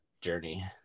journey